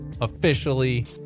officially